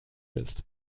bist